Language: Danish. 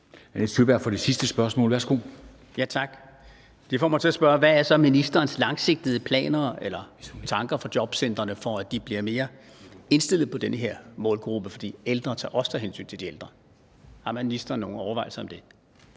Tak. Det får mig til at spørge: Hvad er så ministerens langsigtede planer eller tanker for jobcentrene, for at de bliver mere indstillet på den her målgruppe og altså også tager hensyn til de ældre? Har ministeren nogen overvejelser om det?